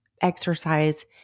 exercise